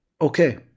Okay